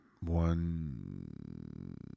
One